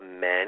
men